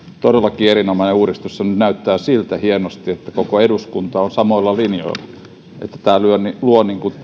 todellakin erinomainen uudistus ja näyttää hienosti siltä että koko eduskunta on samoilla linjoilla tämä luo